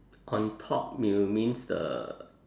on top you means the